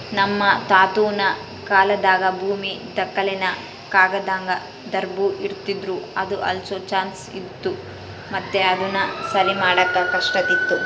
ನಮ್ ತಾತುನ ಕಾಲಾದಾಗ ಭೂಮಿ ದಾಖಲೆನ ಕಾಗದ್ದಾಗ ಬರ್ದು ಇಡ್ತಿದ್ರು ಅದು ಅಳ್ಸೋ ಚಾನ್ಸ್ ಇತ್ತು ಮತ್ತೆ ಅದುನ ಸರಿಮಾಡಾಕ ಕಷ್ಟಾತಿತ್ತು